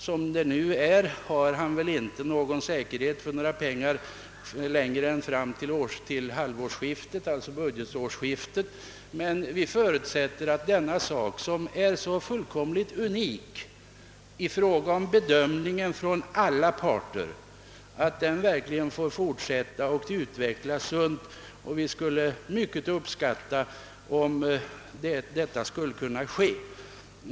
Som det nu är finns det ingen säkerhet för något anslag längre än fram till budgetårsskiftet, men vi förutsätter att denna verksamhet, som enligt bedömningen från alla parter är så fullkomligt unik, får fortsätta och utvecklas sunt, och vi skulle mycket uppskatta detta.